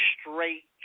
straight